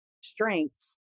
strengths